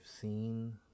seen